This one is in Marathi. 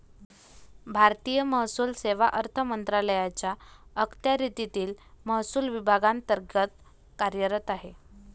भारतीय महसूल सेवा अर्थ मंत्रालयाच्या अखत्यारीतील महसूल विभागांतर्गत कार्यरत आहे